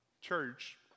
church